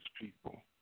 people